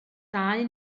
dau